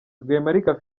rwemarika